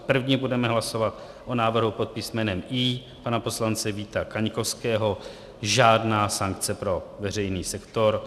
Nejprve budeme hlasovat o návrhu pod písmenem I pana poslance Víta Kaňkovského, žádná sankce pro veřejný sektor.